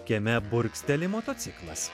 kieme burgzteli motociklas